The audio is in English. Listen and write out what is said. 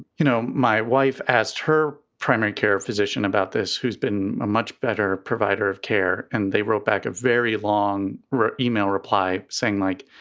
you know, my wife as her primary care physician about this, who's been a much better provider of care. and they wrote back a very long email reply saying, like,